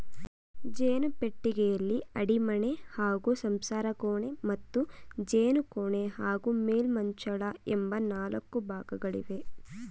ಜೇನು ಪೆಟ್ಟಿಗೆಯಲ್ಲಿ ಅಡಿಮಣೆ ಹಾಗೂ ಸಂಸಾರಕೋಣೆ ಮತ್ತು ಜೇನುಕೋಣೆ ಹಾಗೂ ಮೇಲ್ಮುಚ್ಚಳ ಎಂಬ ನಾಲ್ಕು ಭಾಗಗಳಿವೆ